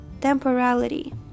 temporality